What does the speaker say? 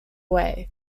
away